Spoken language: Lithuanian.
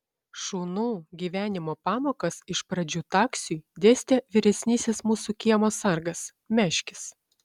šunų gyvenimo pamokas iš pradžių taksiui dėstė vyresnysis mūsų kiemo sargas meškis